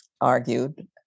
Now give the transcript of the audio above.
argued